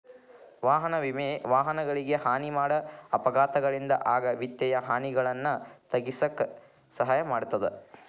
ವಾಹನ ವಿಮೆ ವಾಹನಗಳಿಗೆ ಹಾನಿ ಮಾಡ ಅಪಘಾತಗಳಿಂದ ಆಗ ವಿತ್ತೇಯ ಹಾನಿಗಳನ್ನ ತಗ್ಗಿಸಕ ಸಹಾಯ ಮಾಡ್ತದ